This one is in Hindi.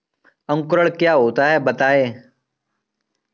अंकुरण क्या होता है बताएँ?